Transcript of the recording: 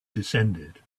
descended